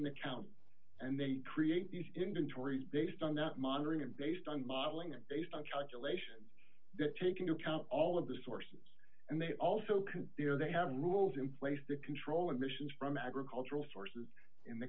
the county and they create interest based on that monitoring and based on modeling it based on calculations that take into account all of the sources and they also can you know they have rules in place to control emissions from agricultural sources in the